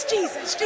Jesus